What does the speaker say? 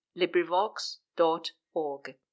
LibriVox.org